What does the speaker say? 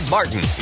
Martin